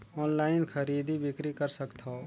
Online खरीदी बिक्री कर सकथव?